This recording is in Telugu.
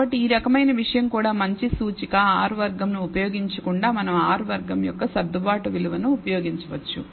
కాబట్టి ఈ రకమైన విషయం కూడా మంచి సూచిక R వర్గం ను ఉపయోగించకుండా మనం R వర్గం యొక్క సర్దుబాటు విలువను ఉపయోగించవచ్చు